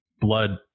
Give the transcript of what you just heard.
blood